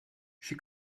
she